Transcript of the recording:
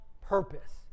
purpose